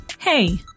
Hey